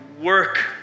work